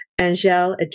Angel